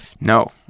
No